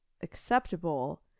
acceptable